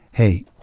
Hey